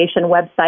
website